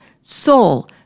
soul